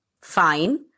Fine